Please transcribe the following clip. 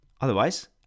Otherwise